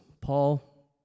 Paul